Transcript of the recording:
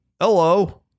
Hello